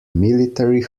military